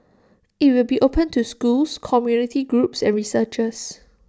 IT will be open to schools community groups and researchers